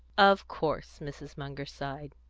of course! mrs. munger sighed.